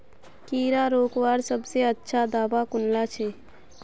कीड़ा रोकवार सबसे अच्छा दाबा कुनला छे?